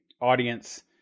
audience